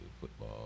football